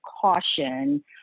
caution